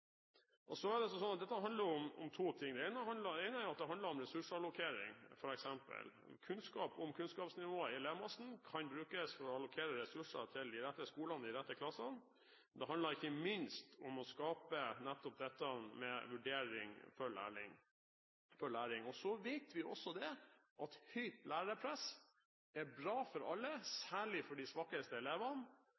Så er det slik at dette handler om to ting. Det ene er at det handler om ressursallokering, f.eks. om kunnskap, om kunnskapsnivået i elevmassen kan brukes for å allokere ressurser til de rette skolene og de rette klassene, men det handler ikke minst om å skape nettopp det med vurdering for læring. Så vet vi også at høyt lærepress er bra for alle,